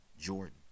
Jordan